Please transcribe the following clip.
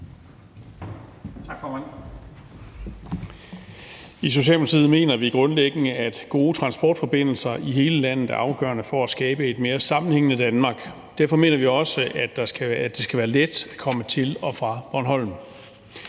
I Socialdemokratiet mener vi grundlæggende, at gode transportforbindelser i hele landet er afgørende for at skabe et mere sammenhængende Danmark. Derfor mener vi også, at det skal være let at komme til og fra Bornholm.